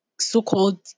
so-called